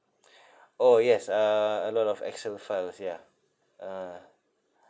orh yes uh a lot of excel files yeah ah